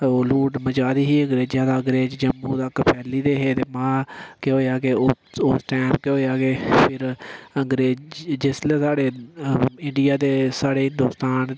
लुट्ट मचाई दी ही अंग्रेजे तां अंग्रेज जम्मू तक फैली दे हे ते केह् होएआ कि उस टैम केह् होएआ कि फ्ही अंग्रेज जिसलै साढ़े इंडिया ते साढ़े हिंदोस्तान